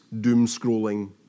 doom-scrolling